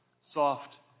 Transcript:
soft